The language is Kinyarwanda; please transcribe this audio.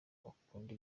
bakunda